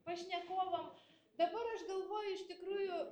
pašnekovam dabar aš galvoju iš tikrųjų